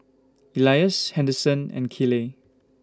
Elias Henderson and Keeley